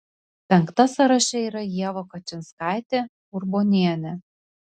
penkta sąraše yra ieva kačinskaitė urbonienė